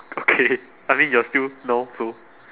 okay I mean you're still now so